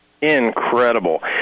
Incredible